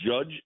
judge